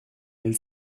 hil